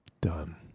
Done